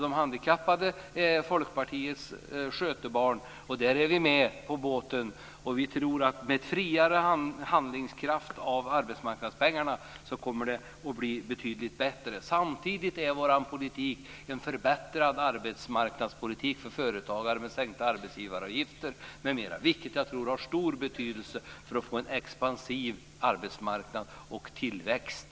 De handikappade är Folkpartiets skötebarn, och där är vi med på båten. Med en friare hantering av arbetsmarknadspengarna kommer det att bli betydligt bättre. Samtidigt innebär Folkpartiets politik en förbättrad arbetsmarknadspolitik för företagare med sänkta arbetsgivaravgifter m.m., vilket har stor betydelse för att man ska få en expansiv arbetsmarknad och tillväxt.